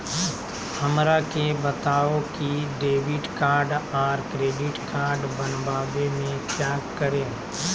हमरा के बताओ की डेबिट कार्ड और क्रेडिट कार्ड बनवाने में क्या करें?